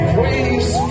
Praise